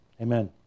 Amen